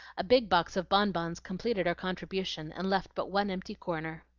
a big box of bonbons completed her contribution, and left but one empty corner.